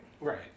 Right